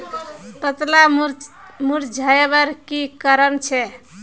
पत्ताला मुरझ्वार की कारण छे?